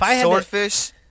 Swordfish